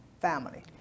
family